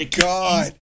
god